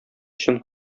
чын